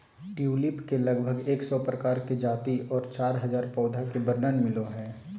tulip के लगभग एक सौ प्रकार के जाति आर चार हजार पौधा के वर्णन मिलो हय